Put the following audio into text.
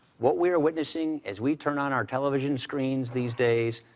what we are witnessing as we turn on our television screens these days,